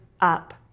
up